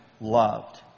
loved